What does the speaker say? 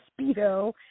Speedo